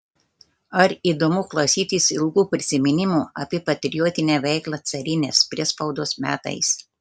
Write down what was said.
ar įdomu klausytis ilgų prisiminimų apie patriotinę veiklą carinės priespaudos metais